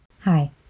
Hi